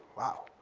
wow.